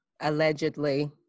allegedly